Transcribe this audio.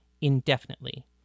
indefinitely